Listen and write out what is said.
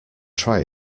try